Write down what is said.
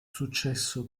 successo